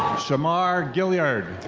shamar gilyard.